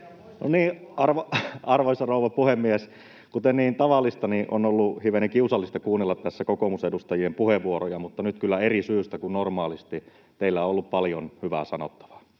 No niin. — Arvoisa rouva puhemies! Kuten niin tavallista, on ollut hivenen kiusallista kuunnella tässä kokoomusedustajien puheenvuoroja mutta nyt kyllä eri syystä kuin normaalisti: teillä on ollut paljon hyvää sanottavaa,